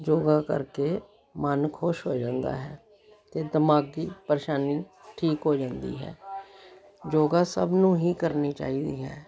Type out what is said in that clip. ਯੋਗਾ ਕਰਕੇ ਮਨ ਖੁਸ਼ ਹੋ ਜਾਂਦਾ ਹੈ ਅਤੇ ਦਿਮਾਗੀ ਪਰੇਸ਼ਾਨੀ ਠੀਕ ਹੋ ਜਾਂਦੀ ਹੈ ਯੋਗਾ ਸਭ ਨੂੰ ਹੀ ਕਰਨੀ ਚਾਹੀਦੀ ਹੈ